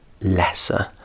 lesser